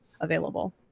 available